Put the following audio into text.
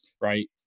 right